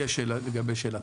לגבי שאלתך,